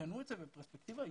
תבחנו את זה בפרספקטיבה היסטורית,